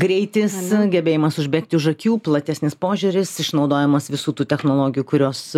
greitis gebėjimas užbėgti už akių platesnis požiūris išnaudojimas visų tų technologijų kurios